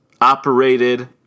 operated